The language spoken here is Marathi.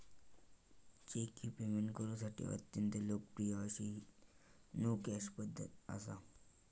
चेक ही पेमेंट करुसाठी अत्यंत लोकप्रिय अशी नो कॅश पध्दत असा